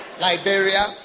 Liberia